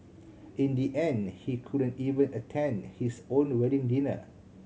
in the end he couldn't even attend his own wedding dinner